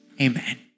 amen